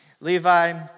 Levi